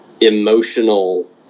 emotional